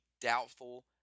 doubtful